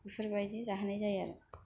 बेफोरबायदि जाहोनाय जायो आरो